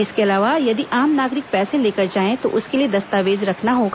इसके अलावा यदि आम नागरिक पैसे लेकर जाय तो उसके लिए दस्तावेज रखना होगा